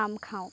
আম খাওঁ